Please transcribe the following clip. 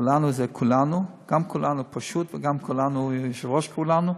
כולנו זה כולנו, גם כולנו וגם יו"ר כולנו.